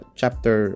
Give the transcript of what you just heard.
chapter